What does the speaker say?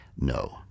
No